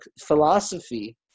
philosophy